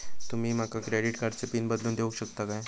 तुमी माका क्रेडिट कार्डची पिन बदलून देऊक शकता काय?